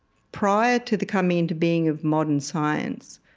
prior to the coming into being of modern science,